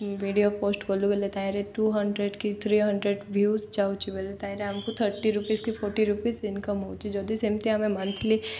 video post କଲୁ ବୋଲେ ତାହିଁରେ ଟୁ ହଣ୍ଡ୍ରେଡ଼ କି ଥ୍ରୀ ହଣ୍ଡ୍ରେଡ଼ ଭିୟୁ ଯାଉଛି ବେଲେ ତାହିଁରେ ଆମକୁ ଥାର୍ଟି ରୁପିଜ୍ କି ଫୋର୍ଟି ରୁପିସ୍ ଇନକମ୍ ହେଉଛି ଯଦି ସେମିତି ଆମେ ମନ୍ଥଲି